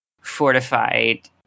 fortified